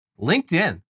LinkedIn